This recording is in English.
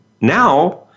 now